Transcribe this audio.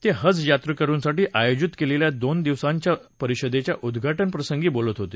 ते हज यात्रेकरुंसाठी आयोजित केलेल्या दोन दिवसांच्या परिषदेच्या उद्घाटन प्रसंगी बोलत होते